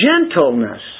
gentleness